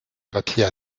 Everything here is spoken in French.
papier